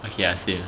okay ya same